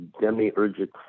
demiurgic